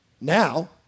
Now